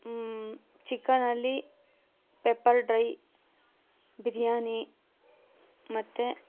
ಚಿಕನಲ್ಲಿ pepper dry biryani ಮತ್ತು